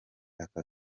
aka